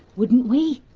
wouldn't we,